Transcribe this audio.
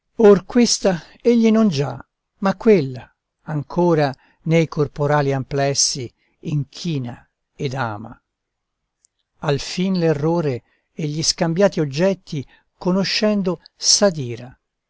or questa egli non già ma quella ancora nei corporali amplessi inchina ed ama alfin l'errore e gli scambiati oggetti conoscendo